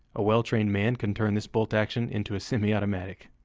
a well-trained man can turn this bolt action into a semi-automatic.